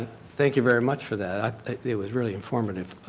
thank you very much for that. i think it was really informative.